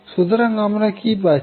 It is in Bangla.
সুতরাং আমরা কি পাচ্ছি